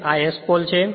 અને આ S pole છે